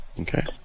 Okay